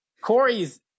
coreys